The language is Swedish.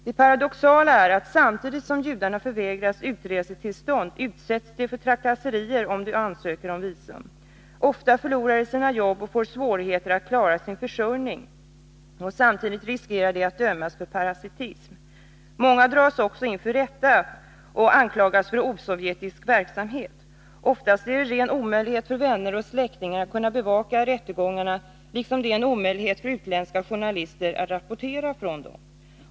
Det paradoxala är att samtidigt som judarna förvägras utresetillstånd utsätts de för trakasserier om de ansöker om visum. Ofta förlorar de sina jobb och får svårigheter att klara sin försörjning, och samtidigt riskerar de att dömas för parasitism. Många dras också inför rätta och anklagas för osovjetisk verksamhet. Oftast är den en ren omöjlighet för vänner och Nr 124 släktningar att bevaka rättegångarna, liksom det är omöjligt för utländska Tisdagen den journalister att rapportera från dem.